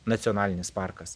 nacionalinis parkas